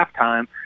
halftime